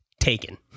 Taken